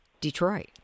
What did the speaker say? Detroit